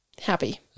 happy